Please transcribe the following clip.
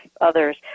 others